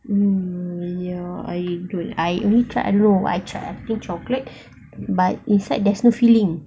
mm ya I don't I only tried I don't know I tried I think chocolate but inside there's no filling